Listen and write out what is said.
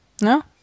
No